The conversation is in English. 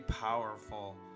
powerful